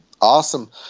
Awesome